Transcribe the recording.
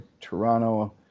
Toronto